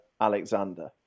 Alexander